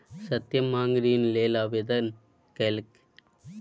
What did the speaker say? सत्यम माँग ऋण लेल आवेदन केलकै